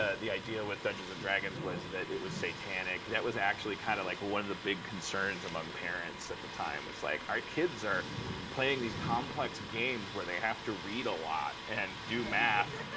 ah the idea with dungeons and dragons was that it was satanic. that was actually kind of, like, one of the big concerns among parents at the time. like, our kids are playing these complex games, where they have to read a lot and do math.